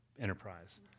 enterprise